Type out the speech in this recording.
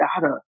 data